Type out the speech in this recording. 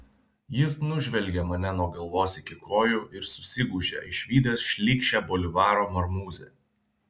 jis nužvelgė mane nuo galvos iki kojų ir susigūžė išvydęs šlykščią bolivaro marmūzę